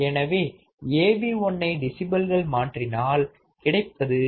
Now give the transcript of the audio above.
எனவே Av1 ஐ டெசிபல்கள் மாற்றினால் கிடைப்பது 20 log 1